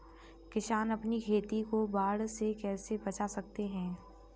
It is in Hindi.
किसान अपनी खेती को बाढ़ से कैसे बचा सकते हैं?